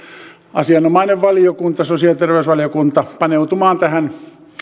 asianomainen valiokunta sosiaali ja terveysvaliokunta paneutumaan tähän